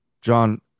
John